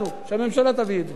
שהממשלה תביא את זה,